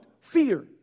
fear